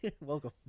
welcome